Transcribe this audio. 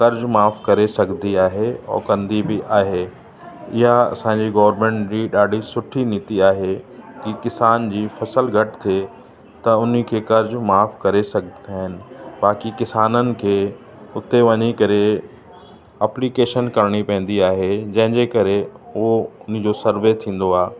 कर्ज़ माफ़ करे सघंदी आहे और कंदी बि आहे या असांजी बि ॾाढी सुठी नीती आहे की किसान जी फसल घटि थिए त उनखे कर्ज़ माफ़ करे सघंदा आहिनि बाक़ी किसाननि खे उते वञी करे एप्लीकेशन करिणी पवंदी आहे जंहिंजे करे उहो उनजो सर्वे थींदो आहे